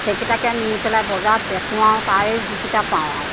সেইকেইটাকে নি পেলাই বজাৰত বেচোঁ আৰু তাৰে যিকেইটা পাওঁ আৰু